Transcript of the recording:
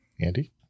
Andy